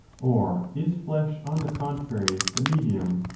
or is flesh, on the contrary, the medium,